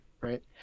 Right